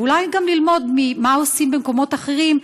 ואולי גם ללמוד ממה שעושים במקומות אחרים,